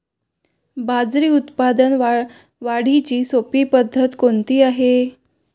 बाजरी उत्पादन वाढीची सोपी पद्धत कोणती आहे?